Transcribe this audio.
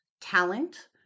talent